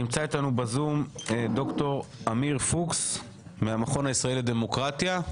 נמצא איתנו ב-זום ד"ר עמיר פוקס מהמכון הישראלי לדמוקרטיה.